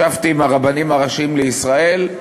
ישבתי עם הרבנים הראשיים לישראל,